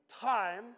time